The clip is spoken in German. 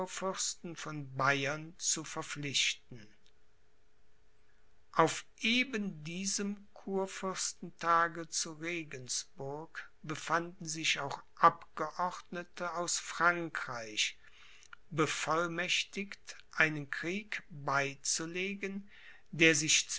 kurfürsten von bayern zu verpflichten auf eben diesem kurfürstentage zu regensburg befanden sich auch abgeordnete aus frankreich bevollmächtigt einen krieg beizulegen der sich